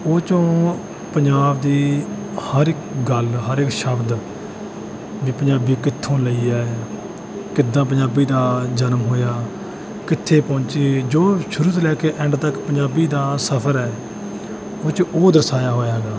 ਉਹ 'ਚੋਂ ਪੰਜਾਬ ਦੀ ਹਰ ਇੱਕ ਗੱਲ ਹਰ ਇੱਕ ਸ਼ਬਦ ਵੀ ਪੰਜਾਬੀ ਕਿੱਥੋਂ ਲਈ ਹੈ ਕਿੱਦਾਂ ਪੰਜਾਬੀ ਦਾ ਜਨਮ ਹੋਇਆ ਕਿੱਥੇ ਪਹੁੰਚੀ ਜੋ ਸ਼ੁਰੂ ਤੋਂ ਲੈ ਕੇ ਐਂਡ ਤੱਕ ਪੰਜਾਬੀ ਦਾ ਸਫਰ ਹੈ ਉਹ 'ਚ ਉਹ ਦਰਸਾਇਆ ਹੋਇਆ ਹੈਗਾ